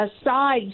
aside